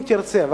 אם תרצה,